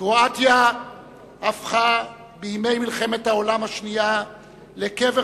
קרואטיה הפכה בימי מלחמת העולם השנייה לקבר